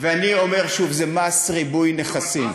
ואני אומר שוב, זה מס ריבוי נכסים.